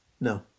No